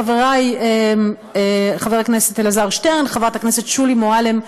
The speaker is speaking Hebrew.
חברי חבר הכנסת אלעזר שטרן וחברת הכנסת שולי מועלם ואנוכי,